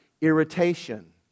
irritation